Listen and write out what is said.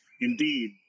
Indeed